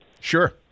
Sure